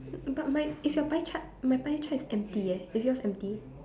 but my is your pie chart my pie chart is empty eh is yours empty